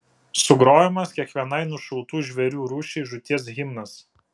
sugrojamas kiekvienai nušautų žvėrių rūšiai žūties himnas